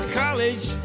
college